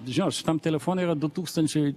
žinot šitam telefone yra du tūkstančiai